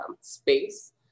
space